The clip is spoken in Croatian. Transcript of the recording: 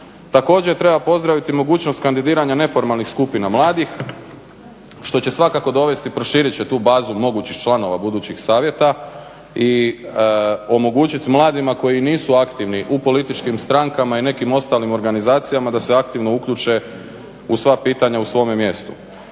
Također, treba pozdraviti mogućnost kandidiranja neformalnih skupina mladih što će svakako dovesti i proširit će tu bazu mogućih članova budućih savjeta i omogućiti mladima koji nisu aktivni u političkim strankama i nekim ostalim organizacijama da se aktivno uključe u sva pitanja u svome mjestu.